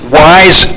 wise